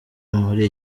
muri